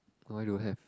why don't have